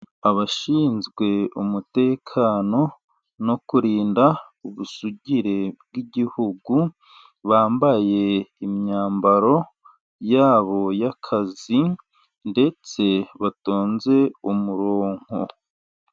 Abashinzwe umutekano no kurinda ubusugire bw'igihugu, bambaye imyambaro yabo y'akazi, ndetse batonze umurongo.